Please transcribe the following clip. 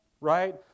right